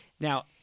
Now—